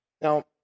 Now